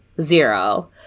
zero